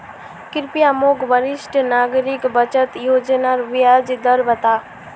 कृप्या मोक वरिष्ठ नागरिक बचत योज्नार ब्याज दर बता